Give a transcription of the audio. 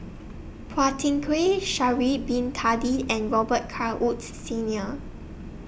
Phua Thin Kiay Sha'Ari Bin Tadin and Robet Carr Woods Senior